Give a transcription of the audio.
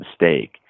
mistake